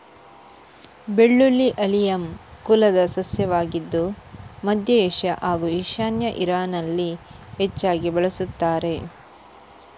ಬೆಳ್ಳುಳ್ಳಿ ಆಲಿಯಮ್ ಕುಲದ ಸಸ್ಯವಾಗಿದ್ದು ಮಧ್ಯ ಏಷ್ಯಾ ಹಾಗೂ ಈಶಾನ್ಯ ಇರಾನಲ್ಲಿ ಹೆಚ್ಚಾಗಿ ಬಳಸುತ್ತಾರೆ